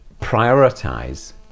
prioritize